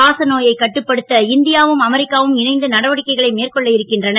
காசநோயை கட்டுப்படுத்த இந் யாவும் அமெரிக்காவும் இணைந்து நடவடிக்கைகளை மேற்கொள்ள இருக்கின்றன